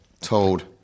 told